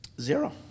Zero